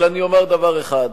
אבל אני אומַר דבר אחד: